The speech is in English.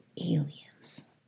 aliens